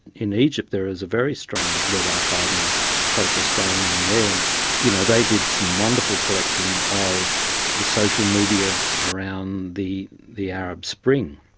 in egypt there is a very strong web archiving process going on there. and you know they did some wonderful collecting of the social media around the the arab spring.